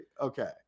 okay